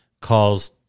calls